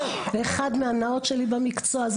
ואחת ההנאות הגדולות שלי במקצוע היו,